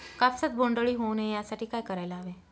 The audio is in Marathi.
कापसात बोंडअळी होऊ नये यासाठी काय करायला हवे?